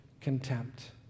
contempt